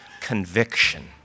conviction